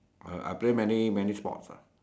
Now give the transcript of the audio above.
uh I play I play many many sports ah